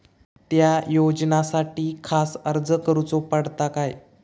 त्या योजनासाठी खास अर्ज करूचो पडता काय?